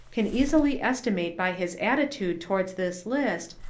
can easily estimate by his attitude towards this list,